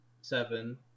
seven